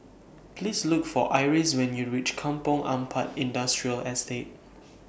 Please Look For Iris when YOU REACH Kampong Ampat Industrial Estate